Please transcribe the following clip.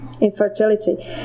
infertility